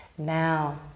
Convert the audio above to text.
now